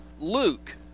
Luke